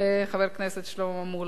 חבר הכנסת שלמה מולה.